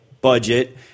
budget